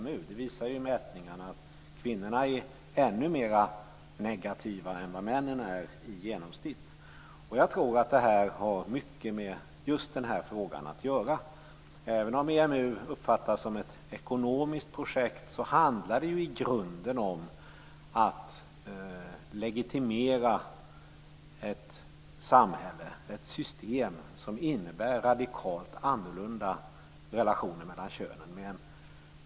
Mätningarna visar ju att kvinnorna i genomsnitt är ännu mer negativa än männen. Jag tror att det har mycket med just denna fråga att göra. Även om EMU uppfattas som ett ekonomiskt projekt, handlar det ju i grunden om att legitimera ett samhälle, ett system, som innebär radikalt annorlunda relationer mellan könen.